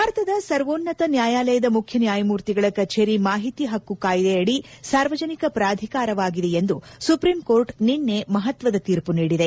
ಭಾರತದ ಸರ್ವೋನ್ವತ ನ್ಯಾಯಾಲಯದ ಮುಖ್ಯ ನ್ಯಾಯಮೂರ್ತಿಗಳ ಕಚೇರಿ ಮಾಹಿತಿ ಹಕ್ಕು ಕಾಯಿದೆಯಡಿ ಸಾರ್ವಜನಿಕ ಪ್ರಾಧಿಕಾರವಾಗಿದೆ ಎಂದು ಸುಪ್ರೀಂಕೋರ್ಟ್ ನಿನ್ನೆ ಮಹತ್ವದ ತೀರ್ಪು ನೀಡಿದೆ